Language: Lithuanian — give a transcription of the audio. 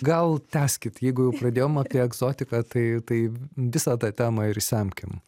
gal tęskit jeigu jau pradėjom apie egzotiką tai tai visą tą temą ir išsemkim